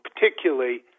particularly